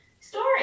story